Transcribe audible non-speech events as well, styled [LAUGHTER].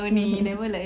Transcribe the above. [LAUGHS]